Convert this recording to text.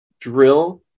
drill